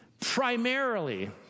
Primarily